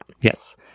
Yes